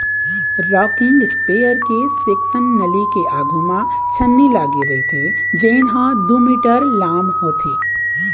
rocking sprayer के section नली के आघू म छन्नी लागे रहिथे जेन ह दू मीटर लाम होथे